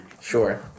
Sure